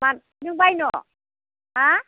मा नों बायनो हा